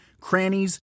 crannies